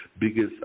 biggest